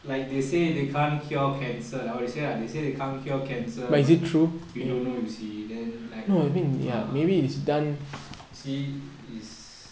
like they say they can't cure cancer nowadays ya they say they can't cure cancer but we don't know you see then like err you see is